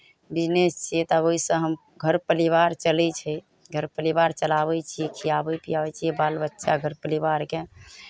business छियै तऽ ओहिसँ हम घर परिवार चलै छै घर परिवार चलाबै छियै खियाबै पियाबै छियै बाल बच्चा घर परिवारकेँ